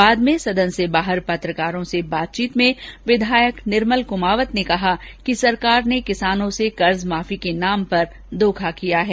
बाद में सदन से बाहर पत्रकारों से बातचीत में विधायक निर्मल कुमावत ने कहा कि सरकार ने किसानों से कर्जमाफी के नाम पर धोखा किया है